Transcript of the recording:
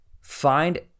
find